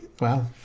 Wow